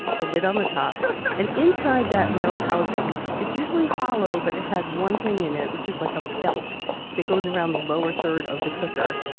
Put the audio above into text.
a lid on the top and inside that metal housing it's usually hollow, but it has one thing in it which is like a belt that goes around the lower third of the cooker.